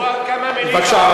בבקשה.